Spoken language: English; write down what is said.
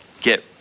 get